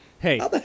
Hey